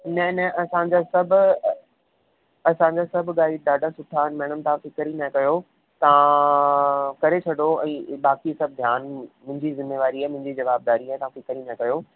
न न असांजा सभु असांजा सभु गाइड ॾाढा सुठा आहिनि मैडम तां फ़िक्रु ई न कयो तव्हां करे छॾो ऐं बाक़ी सभु ध्यानु मुंहिंजी ज़िमेवारी आहे मुंहिंजी जवाबदारी आहे तव्हां फ़िक्रु ई न कयो